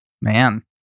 Man